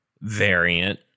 variant